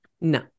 No